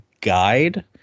guide